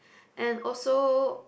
and also